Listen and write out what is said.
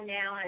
now